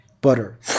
butter